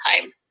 time